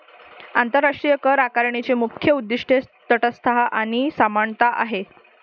आंतरराष्ट्रीय करआकारणीची मुख्य उद्दीष्टे तटस्थता आणि समानता आहेत